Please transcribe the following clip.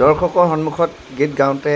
দৰ্শকৰ সন্মুখত গীত গাওঁতে